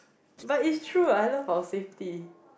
but it's true I love our safety